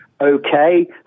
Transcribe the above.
Okay